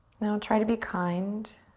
now try to be kind.